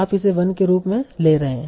आप इसे 1 के रूप में ले रहे हैं